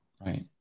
right